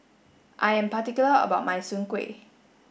I am particular about my Soon Kway